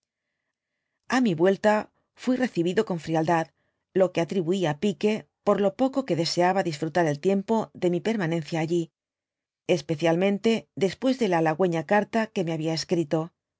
a mi yuelta fui recibido con frialdad lo que atribuí á pique por lo poco que deseaba dfsfmtar el tiempo de mi permanencia allí especialmente después de la alhagueña carta que me había escrito